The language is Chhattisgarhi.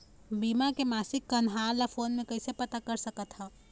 बीमा के मासिक कन्हार ला फ़ोन मे कइसे पता सकत ह?